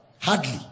Hardly